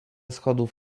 schodów